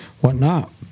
whatnot